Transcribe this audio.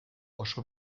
oso